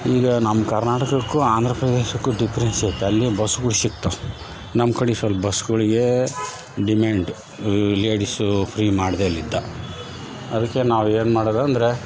ಈಗ ನಮ್ಮ ಕರ್ನಾಟಕಕ್ಕೂ ಆಂಧ್ರಪ್ರದೇಶಕ್ಕೂ ಡಿಪ್ರೆನ್ಸ್ ಇರ್ತೆ ಅಲ್ಲಿ ಬಸ್ಗಳು ಸಿಗ್ತಾವ ನಮ್ಮ ಕಡೆ ಸೊಲ್ಪ ಬಸ್ಗುಳಿಗೇ ಡಿಮ್ಯಾಂಡ್ ಲೇಡಿಸ್ಸು ಫ್ರೀ ಮಾಡ್ದೇಲಿದ್ದ ಅದಕ್ಕೆ ನಾವು ಏನು ಮಾಡದಂದರೆ